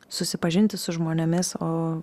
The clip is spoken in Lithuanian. susipažinti su žmonėmis o